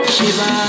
Shiba